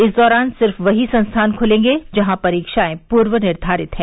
इस दौरान सिर्फ वही संस्थान ख्लेंगे जहां परीक्षाएं पूर्व निर्घारित हैं